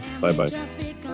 Bye-bye